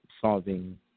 solving